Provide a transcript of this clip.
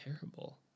terrible